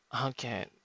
Okay